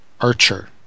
Archer